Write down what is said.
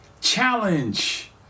Challenge